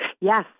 Yes